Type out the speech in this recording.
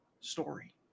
story